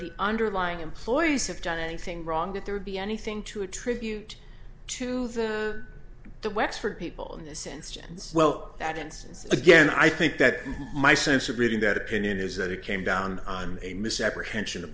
the underlying employees have done anything wrong that there would be anything to attribute to them the wexford people in this instance well that instance again i think that my sensibility in that opinion is that it came down on a misapprehension